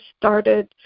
started